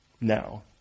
now